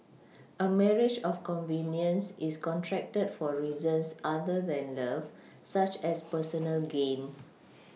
a marriage of convenience is contracted for reasons other than love such as personal gain